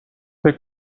فکر